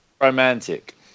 romantic